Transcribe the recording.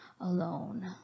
alone